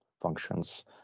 functions